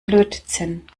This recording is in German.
lötzinn